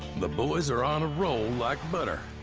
the boys are on a roll like butter.